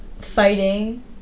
fighting